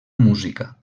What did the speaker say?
música